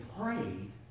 prayed